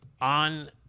on